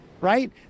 right